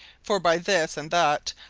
for by this and that,